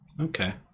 okay